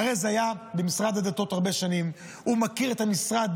ארז היה במשרד הדתות הרבה שנים, הוא מכיר את המשרד